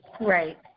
Right